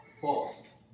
false